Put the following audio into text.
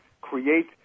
create